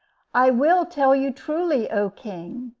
i will tell you truly, o king.